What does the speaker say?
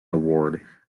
award